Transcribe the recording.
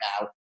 now